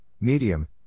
medium